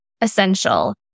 essential